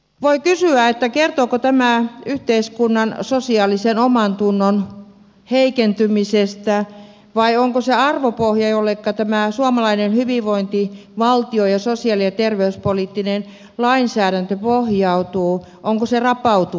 voi kysyä kertooko tämä yhteiskunnan sosiaalisen omantunnon heikentymisestä vai onko se arvopohja jolleka tämä suomalainen hyvinvointivaltio ja sosiaali ja terveyspoliittinen lainsäädäntö pohjautuu rapautumassa